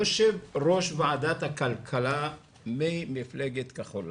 יושב-ראש ועדת הכלכלה ממפלגת כחול לבן.